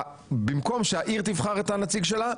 במקום שהעיר תבחר את הנציג שלה,